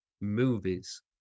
movies